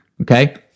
Okay